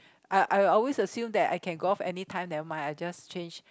I I always assume that I can go off anytime nevermind I just change